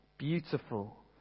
beautiful